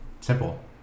Simple